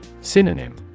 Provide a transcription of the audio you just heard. Synonym